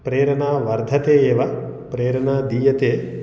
प्रेरणा वर्धते एव प्रेरणा दीयते